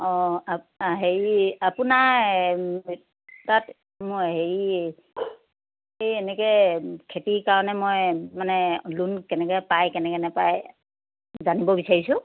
অঁ আচ্ছা হেৰি আপোনাৰ তাত মই হেৰি এই এনেকৈ খেতি কাৰণে মই মানে লোন কেনেকৈ পায় কেনেকৈ নাপায় জানিব বিচাৰিছোঁ